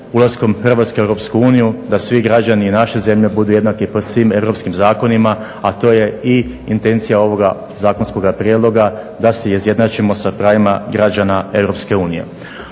ulaskom Hrvatske u Europsku uniju da svi građani i naše zemlje budu jednaki pred svim europskim zakonima, a to je i intencija ovoga zakonskoga prijedloga da se izjednačimo sa pravima građana Europske unije.